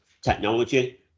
technology